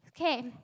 Okay